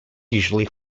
usually